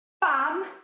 bam